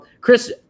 Chris